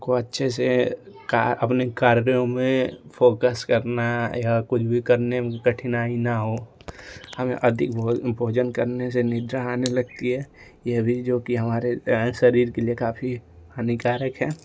हमको अच्छे से का अपने कार्यो में फोकस करना ये कुछ भी करने में कठिनाई न हो हमें अधिक भो भोजन करने से निद्रा आने लगती है यह भी जो कि हमारे शरीर के लिए काफ़ी हानिकारक है